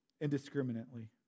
indiscriminately